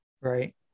Right